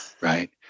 right